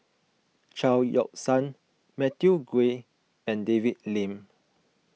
Chao Yoke San Matthew Ngui and David Lim